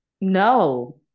No